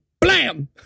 blam